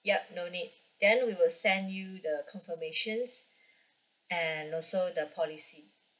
yup no need then we will send you the confirmations and also the policy